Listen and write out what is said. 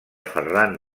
ferran